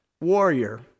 warrior